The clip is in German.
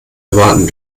erwarten